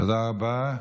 תודה רבה.